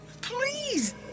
Please